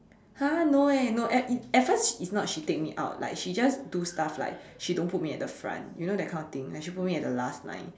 !huh! no eh no at at first it's not she take me out like she just do stuff like she don't put me at the front you know that kind of thing like she put me at the last line